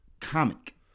comic